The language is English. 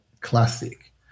classic